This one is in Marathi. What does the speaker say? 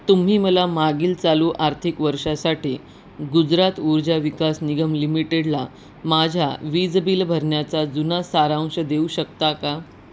तुम्ही मला मागील चालू आर्थिक वर्षासाठी गुजरात ऊर्जा विकास निगम लिमिटेडला माझ्या वीज बिल भरण्याचा जुना सारांश देऊ शकता का